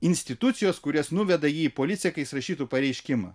institucijos kurios nuveda į policiją kad jis rašytų pareiškimą